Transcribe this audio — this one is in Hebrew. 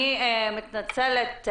אני מתנצלת.